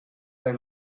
they